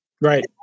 Right